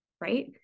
right